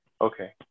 Okay